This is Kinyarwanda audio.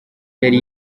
yari